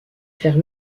faire